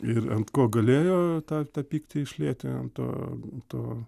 ir ant ko galėjo tą tą pyktį išlieti ant to to